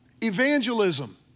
Evangelism